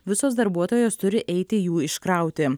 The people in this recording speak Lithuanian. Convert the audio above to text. visos darbuotojos turi eiti jų iškrauti